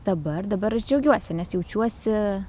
dabar dabar aš džiaugiuosi nes jaučiuosi